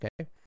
Okay